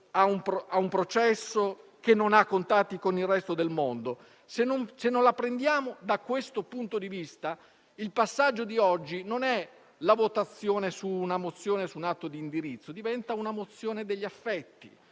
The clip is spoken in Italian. a un processo e che non ha contatti con il resto del mondo. Se non lo prendiamo da questo punto di vista, il passaggio odierno non è la votazione su una mozione o su un atto di indirizzo, ma diventa una mozione degli affetti